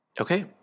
Okay